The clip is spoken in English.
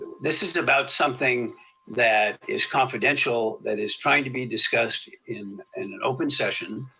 this is about something that is confidential, that is trying to be discussed in and open session.